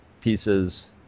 pieces